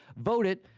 vote it,